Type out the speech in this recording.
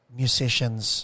musicians